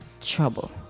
Trouble